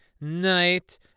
night